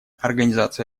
организация